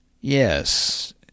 Yes